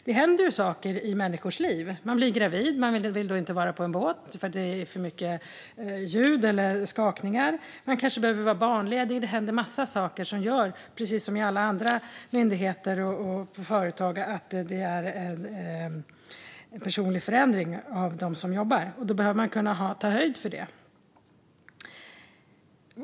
Det händer saker i människors liv. Man blir gravid och vill då inte vara på en båt för att det är för mycket ljud eller skakningar, och man kanske behöver vara barnledig. Det händer en massa saker, precis som i alla andra myndigheter och företag, som innebär en personlig förändring bland dem som jobbar där. Då behöver man kunna ta höjd för det.